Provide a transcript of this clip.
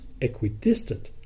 equidistant